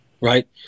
right